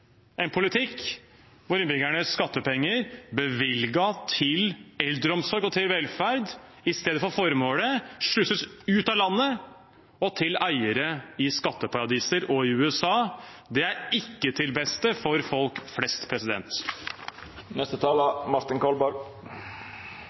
en politikk hvor innbyggernes skattepenger bevilget til eldreomsorg og til velferd i stedet for formålet sluses ut av landet og til eiere i skatteparadiser og i USA? Det er ikke til det beste for folk flest.